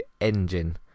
engine